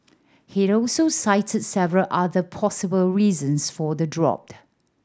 he also cited several other possible reasons for the drop